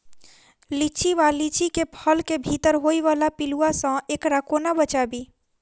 लिच्ची वा लीची केँ फल केँ भीतर होइ वला पिलुआ सऽ एकरा कोना बचाबी?